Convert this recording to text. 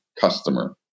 customer